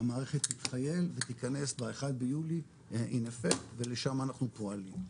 שהמערכת תתחייל ותיכנס ב-1 ביולי ולשם אנחנו פועלים.